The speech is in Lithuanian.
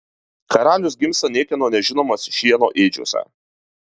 karalius gimsta niekieno nežinomas šieno ėdžiose